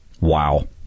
Wow